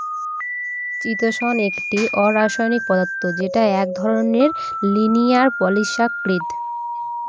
চিতোষণ একটি অরাষায়নিক পদার্থ যেটা এক ধরনের লিনিয়ার পলিসাকরীদ